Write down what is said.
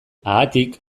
haatik